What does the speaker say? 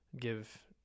Give